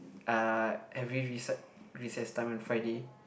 uh every rece~ recess time on Friday